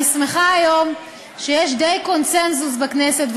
אני שמחה היום שיש די קונסנזוס בכנסת,